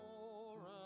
more